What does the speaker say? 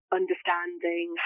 understanding